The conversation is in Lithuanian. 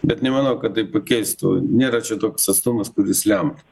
bet nemanau kad tai pakeistų nėra čia toks atstumas kuris lemtų